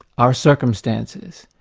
our circumstances,